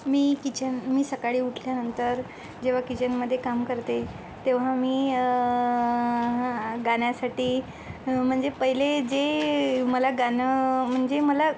मी kitchen मी सकाळी उठल्यानंतर जेव्हा किचनमध्ये काम करते तेव्हा मी गाण्यासाठी म्हणजे पहिले जे मला गाणं म्हणजे मला